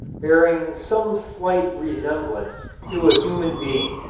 bearing some slight resemblance to a human being.